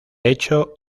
hecho